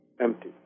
empty